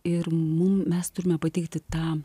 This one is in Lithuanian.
ir mum mes turime pateikti tą